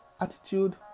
attitude